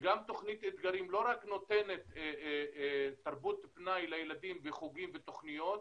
שתוכנית 'אתגרים' לא רק נותנת תרבות פנאי לילדים וחוגים ותוכניות,